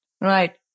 Right